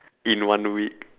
in one week